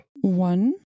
One